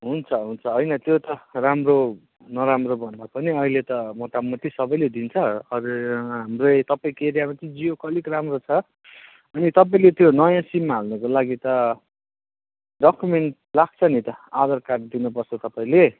हुन्छ हुन्छ होइन त्यो त राम्रो नराम्रो भन्दा पनि अहिले त मोटामोटी सबैले दिन्छ हाम्रै तपाईँको एरियामा जियोको अलिक राम्रो छ अनि तपाईँले त्यो नयाँ सिम हाल्नुको लागि त डकुमेन्ट लाग्छ नि त आधार कार्ड दिनुपर्छ तपाईँले